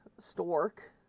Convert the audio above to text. stork